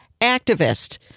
activist